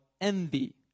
envy